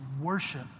worship